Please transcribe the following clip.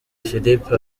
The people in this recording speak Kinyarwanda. philippe